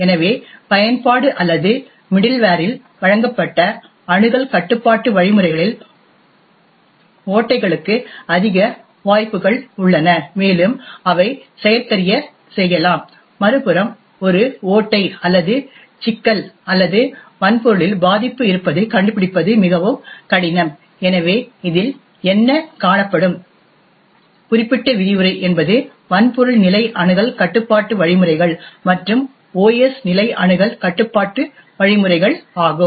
எனவே பயன்பாடு அல்லது மிடில்வேரில் வழங்கப்பட்ட அணுகல் கட்டுப்பாட்டு வழிமுறைகளில் ஓட்டைகளுக்கு அதிக வாய்ப்புகள் உள்ளன மேலும் அவை செயற்கரிய செய்யலாம் மறுபுறம் ஒரு ஓட்டை அல்லது சிக்கல் அல்லது வன்பொருளில் பாதிப்பு இருப்பதைக் கண்டுபிடிப்பது மிகவும் கடினம் எனவே இதில் என்ன காணப்படும் குறிப்பிட்ட விரிவுரை என்பது வன்பொருள் நிலை அணுகல் கட்டுப்பாட்டு வழிமுறைகள் மற்றும் ஓஎஸ் நிலை அணுகல் கட்டுப்பாட்டு வழிமுறைகள் ஆகும்